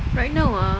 right now ah